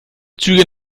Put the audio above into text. züge